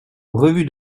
revue